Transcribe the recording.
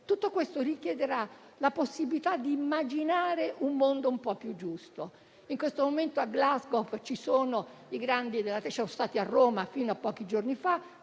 Tutto ciò richiederà la possibilità di immaginare un mondo un po' più giusto. In questo momento, a Glasgow ci sono i grandi della Terra, che sono stati a Roma fino a pochi giorni fa